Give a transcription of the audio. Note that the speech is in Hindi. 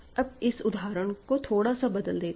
अब इस उदाहरण को थोड़ा सा बदल देते हैं